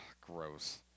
gross